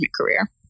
career